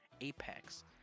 Apex